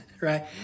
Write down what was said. right